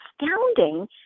astounding